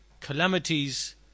calamities